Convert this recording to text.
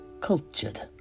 cultured